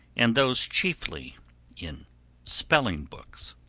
and those chiefly in spelling books.